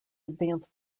advanced